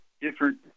different